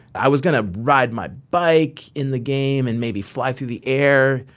i was going to ride my bike in the game and maybe fly through the air.